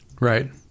Right